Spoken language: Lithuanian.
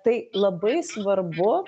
tai labai svarbu